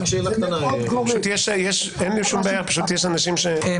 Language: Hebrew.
יש לי חדשות בשבילכם,